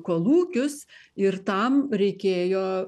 kolūkius ir tam reikėjo